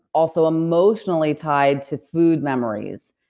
also emotionally tied to food memories.